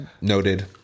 noted